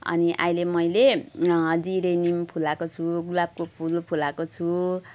अनि अहिले मैले जिरेनियम फुलाएको छु गुलाबको फुल फुलाएको छु